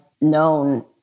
known